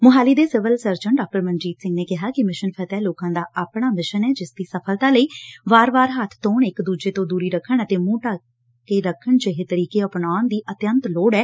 ਸੋਹਾਲੀ ਦੇ civil surgeon ਂਡਾ ਮਨਜੀਤ ਸਿੰਘ ਨੇ ਕਿਹਾ ਕਿ ਮਿਸ਼ਨ ਫ਼ਤਿਹ ਲੋਕਾਂ ਦਾ ਅਪਣਾ ਮਿਸ਼ਨ ਐ ਜਿਸ ਦੀ ਸਫ਼ਲਤਾ ਲਈ ਵਾਰ ਵਾਰ ਹੱਬ ਧੋਣ ਇਕ ਦੁਜੇ ਤੋਂ ਦੁਰੀ ਰੱਖਣ ਅਤੇ ਮੁੰਹ ਢੱਕ ਕੇ ਰੱਖਣ ਜਿਹੇ ਤਰੀਕੇ ਅਪਣਾਉਣ ਦੀ ਅਤਿਅੰਤ ਲੋੜ ਐ